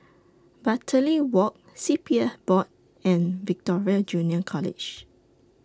Bartley Walk C P F Board and Victoria Junior College